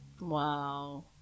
Wow